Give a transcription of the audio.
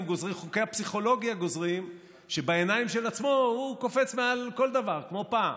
חוקי הפסיכולוגיה גוזרים שבעיניים של עצמו הוא קופץ מעל כל דבר כמו פעם,